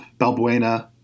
Balbuena